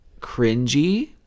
cringy